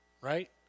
Right